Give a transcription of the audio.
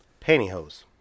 Pantyhose